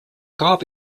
gab